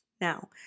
Now